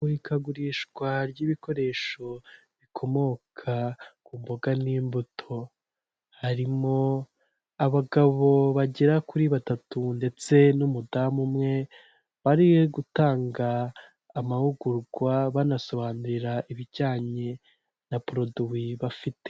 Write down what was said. Imurikagurishwa ry'ibikoresho bikomoka ku mboga n'imbuto, harimo abagabo bagera kuri batatu ndetse n'umudamu umwe bari gutanga amahugurwa banasobanurira ibijyanye na poroduwi bafite.